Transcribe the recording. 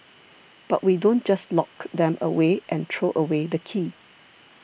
but we don't just lock them away and throw away the key